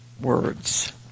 words